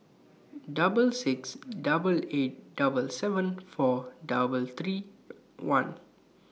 double six double eight double seven four double three one